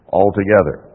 altogether